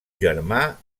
germà